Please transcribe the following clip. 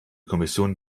kommission